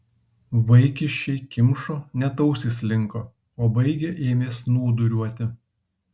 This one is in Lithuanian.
vaikiščiai kimšo net ausys linko o baigę ėmė snūduriuoti